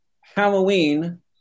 Halloween